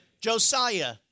Josiah